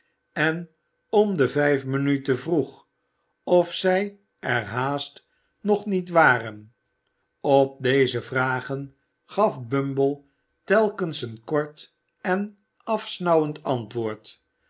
en om de vijf minuten vroeg of zij er haast nog niet waren op deze vragen gaf bumble telkens een kort en afsnauwend antwoord